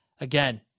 again